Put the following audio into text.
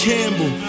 Campbell